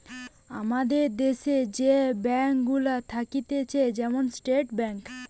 আমাদের দ্যাশে যে ব্যাঙ্ক গুলা থাকতিছে যেমন স্টেট ব্যাঙ্ক